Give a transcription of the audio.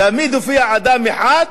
תמיד הופיע אדם אחד,